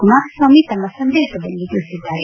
ಕುಮಾರಸ್ವಾಮಿ ತಮ್ಮ ಸಂದೇತದಲ್ಲಿ ತಿಳಿಸಿದ್ದಾರೆ